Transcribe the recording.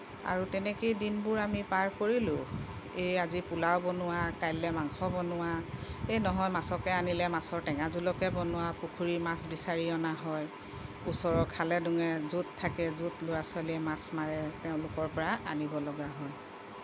আৰু তেনেকেই দিনবোৰ আমি পাৰ কৰিলোঁ এই আজি পোলাও বনোৱা কাইলৈ মাংস বনোৱা এই নহয় মাছকে আনিলে মাছৰ টেঙা জোলকে বনোৱা পুখুৰীত মাছ বিচাৰি অনা হয় ওচৰৰ খালে ডুঙে য'ত থাকে য'ত ল'ৰা ছোৱালীয়ে মাছ মাৰে তেওঁলোকৰ পৰা আনিবলগা হয়